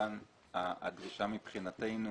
כמובן הדרישה מבחינתנו,